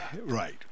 Right